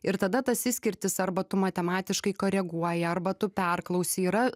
ir tada tas išskirtis arba tu matematiškai koreguoji arba tu perklausi yra